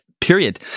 period